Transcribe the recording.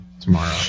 tomorrow